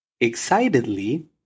Excitedly